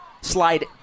slide